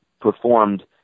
performed